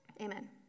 Amen